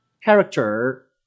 character